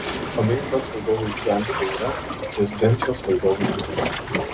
paminklas valdovui gdanske yra rezidencijos valdovui nėra